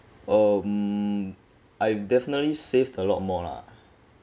um I've definitely save a lot more lah